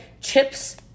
Chips